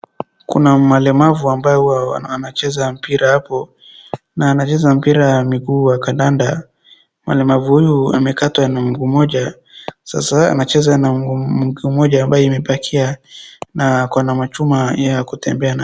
Kuna malemavu ambaye huwa anacheza mpira hapo na anacheza mpira wa miguu wa kandanda. Walemavu huyu amekatwa na mguu mmoja sasa anacheza na mguu mmoja ambaye imebakia ana ako na machuma ya kutembea nayo.